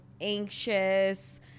anxious